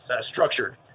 structured